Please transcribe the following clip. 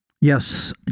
Yes